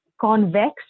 convex